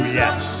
yes